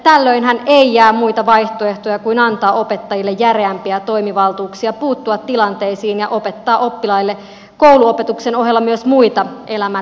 tällöinhän ei jää muita vaihtoehtoja kuin antaa opettajille järeämpiä toimivaltuuksia puuttua tilanteisiin ja opettaa oppilaille kouluopetuksen ohella myös muita elämän perusasioita